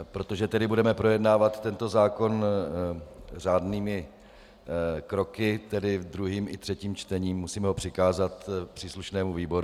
Protože budeme projednávat tento zákon řádnými kroky, tedy ve druhém i třetím čtení, musíme ho přikázat příslušnému výboru.